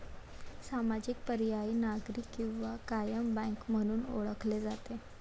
सामाजिक, पर्यायी, नागरी किंवा कायम बँक म्हणून ओळखले जाते